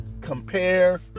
compare